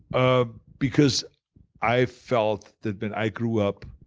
ah because i felt that when i grew up,